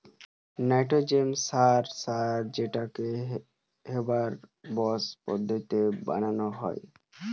nitrogen সার সার যেটাকে হেবার বস পদ্ধতিতে বানানা হয়